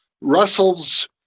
Russell's